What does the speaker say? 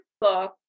book